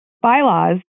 Bylaws